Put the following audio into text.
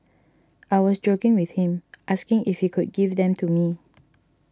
I was joking with him asking if he could give them to me